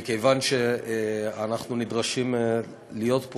מכיוון שאנחנו נדרשים להיות פה,